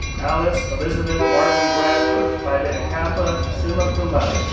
alice elisabeth martin bradford, phi beta kappa, summa cum laude,